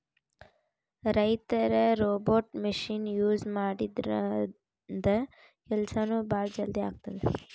ರೈತರ್ robot machine use ಮಾಡದ್ರಿನ್ದ ಕೆಲ್ಸನೂ ಭಾಳ್ ಜಲ್ದಿ ಆತದ್